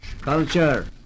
culture